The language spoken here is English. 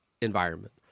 environment